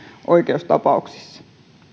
oikeustapauksissa